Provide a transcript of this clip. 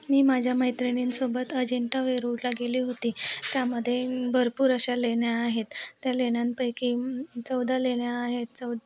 मी माझ्या मैत्रिणींसोबत अजिंठा वेरूळला गेले होते त्यामध्ये भरपूर अशा लेण्या आहेत त्या लेण्यांपैकी चौदा लेण्या आहेत चौदा